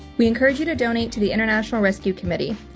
we encourage you to donate to the international rescue committee,